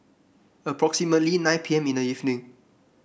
approximately nine P M in the evening